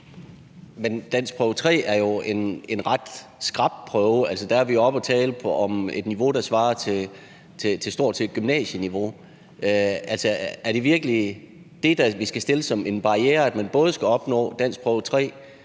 danskprøve 3 er jo en ret skrap prøve. Altså, der er vi jo oppe at tale om et niveau, der svarer til stort set gymnasieniveau. Er det virkelig det, vi skal stille som en barriere, altså at man både skal opnå danskprøve 3